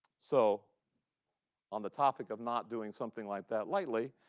so on the topic of not doing something like that lightly,